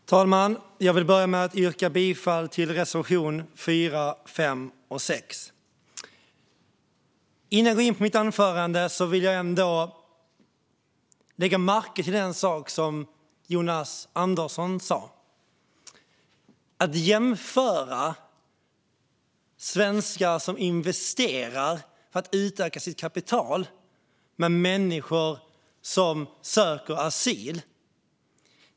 Herr talman! Jag vill börja med att yrka bifall till reservationerna 4, 5 och 6. Innan jag går in på det som mitt anförande ska handla om vill jag uppmärksamma en sak som Jonas Andersson gjorde. Han jämförde svenskar som investerar för att utöka sitt kapital med människor som söker asyl.